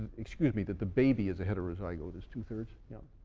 excuse me, that the baby is a heterozygote is two-thirds? yes?